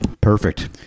Perfect